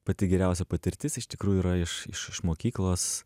pati geriausia patirtis iš tikrųjų yra iš iš iš mokyklos